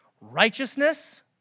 Righteousness